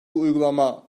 uygulama